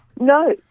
No